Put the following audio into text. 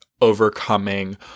overcoming